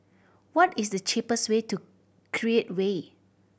what is the cheapest way to Create Way